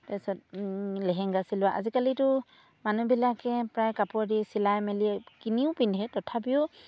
তাৰ পিছত লেহেংগা চিলোৱা আজিকালিতো মানুহবিলাকে প্ৰায় কাপোৰ দি চিলাই মেলি কিনিও পিন্ধে তথাপিও